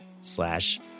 slash